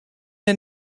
der